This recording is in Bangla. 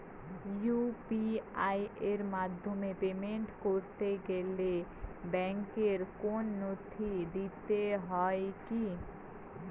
ইউ.পি.আই এর মাধ্যমে পেমেন্ট করতে গেলে ব্যাংকের কোন নথি দিতে হয় কি?